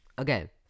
Okay